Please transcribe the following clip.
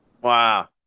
Wow